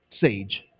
sage